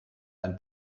ein